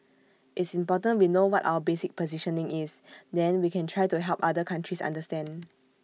it's important we know what our basic positioning is then we can try to help other countries understand